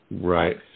Right